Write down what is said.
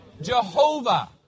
Jehovah